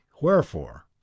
Wherefore